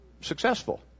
successful